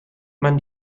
man